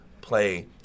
play